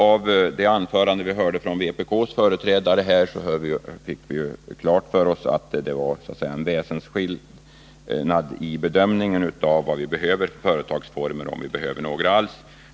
Av det anförande som vpk:s företrädare nyss höll fick vi klart för oss att det var en väsensskillnad i bedömningen av vad vi behöver för företagsformer — om vi behöver några alls.